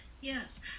Yes